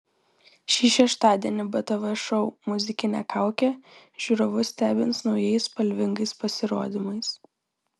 šį šeštadienį btv šou muzikinė kaukė žiūrovus stebins naujais spalvingais pasirodymais